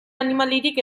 animaliarik